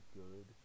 good